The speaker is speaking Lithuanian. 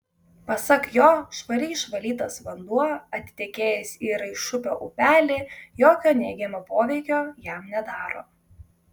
pasak jo švariai išvalytas vanduo atitekėjęs į raišupio upelį jokio neigiamo poveikio jam nedaro